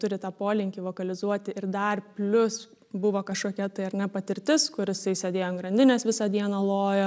turi tą polinkį vokalizuoti ir dar plius buvo kažkokia tai ar ne patirtis kur jisai sėdėjo ant grandinės visą dieną lojo